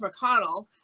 McConnell